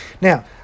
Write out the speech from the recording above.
Now